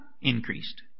increased